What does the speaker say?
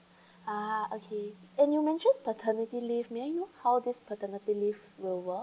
ah okay and you mention paternity leave may I know how this paternity leave were work